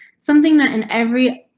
something that in every.